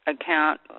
account